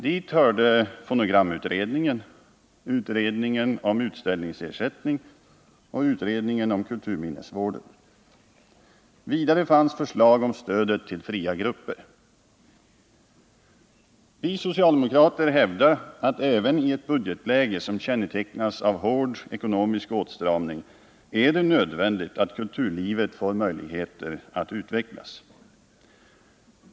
Dit hör fonogramutredningen, utredningen om utställningsersättning och utredningen om kulturminnesvården. Vidare fanns förslag om stödet till fria grupper. Vi socialdemokrater hävdar att även i ett budgetläge som kännetecknas av hård ekonomisk åtstramning är det nödvändigt att kulturlivet får möjlighet att utvecklas.